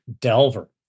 Delver